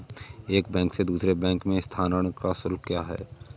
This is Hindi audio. एक बैंक से दूसरे बैंक में स्थानांतरण का शुल्क क्या है?